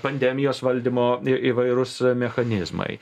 pandemijos valdymo įvairūs mechanizmai